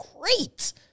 great